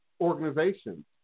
organizations